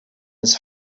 his